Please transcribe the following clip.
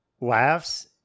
laughs